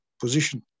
position